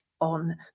on